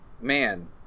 Man